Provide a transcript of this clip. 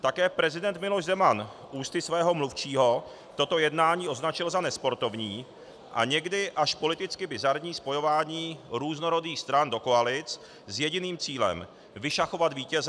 Také prezident Miloš Zeman ústy svého mluvčího toto jednání označil za nesportovní a někdy až politicky bizarní spojování různorodých stran do koalic s jediným cílem: vyšachovat vítěze.